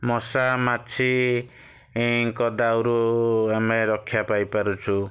ମଶା ମାଛି ଙ୍କ ଦାଉରୁ ଆମେ ରକ୍ଷା ପାଇ ପାରୁଛୁ